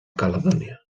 caledònia